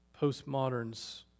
postmoderns